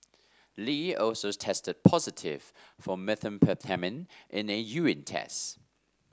lee also tested positive for methamphetamine in a urine test